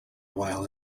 while